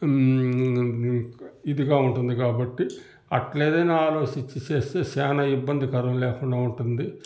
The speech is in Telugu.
ఇదిగా ఉంటుంది కాబట్టి అట్లేదైనా ఆలోచించి చేస్తే చాలా ఇబ్బందికరం లేకుండా ఉంటుంది